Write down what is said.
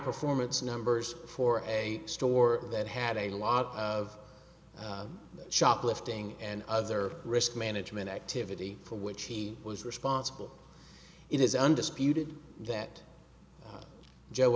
performance numbers for a store that had a lot of shoplifting and other risk management activity for which he was responsible it is undisputed that